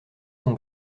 son